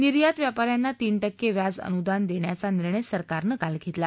निर्यात व्यापाऱ्यांना तीन टक्के व्याज अनुदान देण्याचा निर्णय सरकारनं काल घेतला